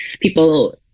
people